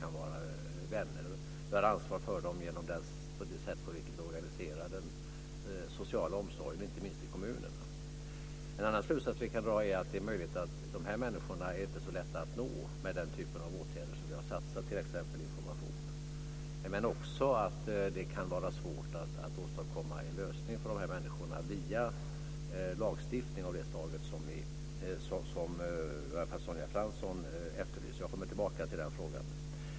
Vi har också ansvar för dem genom det sätt på vilket vi organiserar den sociala omsorgen, inte minst i kommunerna. En annan slutsats vi kan dra är att det är möjligt att dessa människor inte är så lätta att nå med den typ av åtgärder som vi har satsat på, t.ex. information. Det kan också vara svårt att åstadkomma en lösning för dessa människor via lagstiftning av det slag som i varje fall Sonja Fransson efterlyser. Jag kommer tillbaka till den frågan.